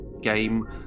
game